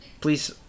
please